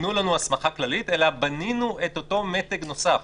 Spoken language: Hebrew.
תנו לנו הסמכה כללית, אלא בנינו את אותו מתג נוסף.